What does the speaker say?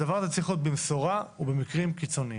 הדבר הזה צריך להיות במסורה ובמקרים קיצוניים.